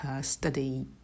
study